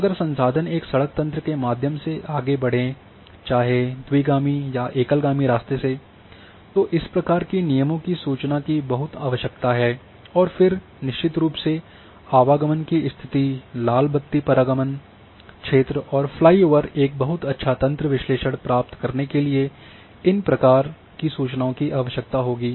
अगर संसाधन एक सड़क तंत्र के माध्यम से आगे बढ़े चाहे द्विगामी या एकल गामी रास्ते से तो इस प्रकार की नियमों की सूचना की बहुत आवश्यकता है और फिर निश्चित रूप से आवागमन की स्तिथि लाल बत्ती परागमन क्षेत्र और फ्लाईओवर एक बहुत अच्छा तंत्र विश्लेषण प्राप्त करने के लिए इन प्रकार सूचना की आवश्यकता होगी